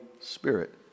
Spirit